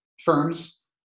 firms